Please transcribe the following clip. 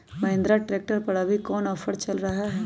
Mahindra tractor पर अभी कोन ऑफर चल रहा है?